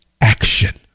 action